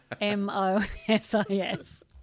M-O-S-I-S